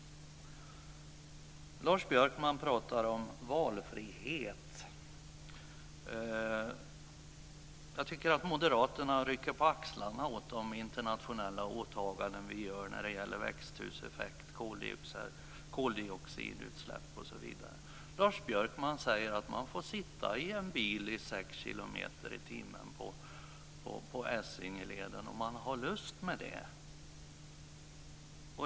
Lars Björkman pratar om valfrihet. Jag tycker att moderaterna rycker på axlarna åt de internationella åtaganden vi gör när det gäller växthuseffekt, koldioxidutsläpp, osv. Lars Björkman säger att man får sitta i en bil och köra i sex kilometer i timmen på Essingeleden om man har lust med det.